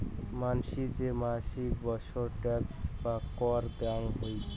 মানসি যে মাছিক বৎসর ট্যাক্স বা কর দেয়াং হই